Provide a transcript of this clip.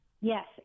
Yes